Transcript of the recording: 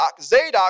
Zadok